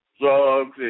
drugs